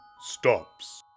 stops